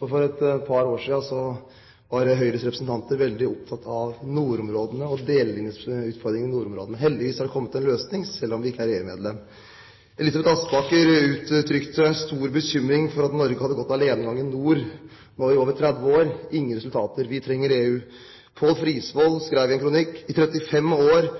For et par år siden var Høyres representanter veldig opptatt av nordområdene og delelinjeutfordringen i nordområdene. Heldigvis har det kommet en løsning, selv om vi ikke er EU-medlem. Elisabeth Aspaker uttrykte stor bekymring for at Norge hadde gått alenegang i nord i over 30 år uten resultater. Vi trenger EU, sa hun. Paal Frisvold skrev i en kronikk at i 35 år